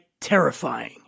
terrifying